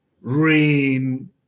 rain